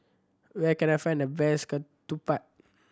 where can I find the best Ketupat